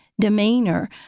Demeanor